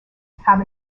have